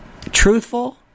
truthful